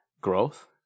growth